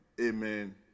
amen